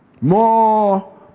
More